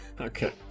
Okay